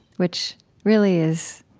which really is